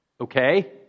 Okay